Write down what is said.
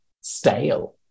stale